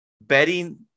betting